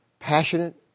Passionate